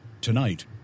Tonight